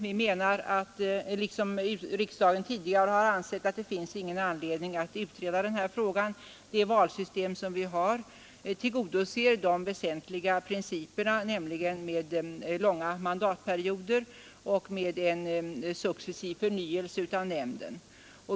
Vi menar, som riksdagen tidigare, att det inte finns någon anledning att utreda den här frågan. Det valsystem vi har tillgodoser de väsentliga principerna — långa mandatperioder och en successiv förnyelse av nämnden.